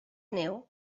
neu